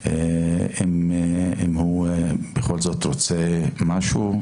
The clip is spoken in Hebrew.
אם הוא בכל רוצה להוסיף משהו,